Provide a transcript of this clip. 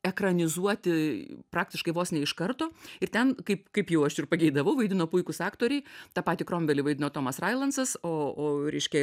ekranizuoti praktiškai vos ne iš karto ir ten kaip kaip jau aš ir pageidavau vaidino puikūs aktoriai tą patį kromvelį vaidino tomas railansas o o reiškia